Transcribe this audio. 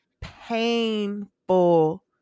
painful